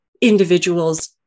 individuals